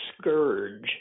scourge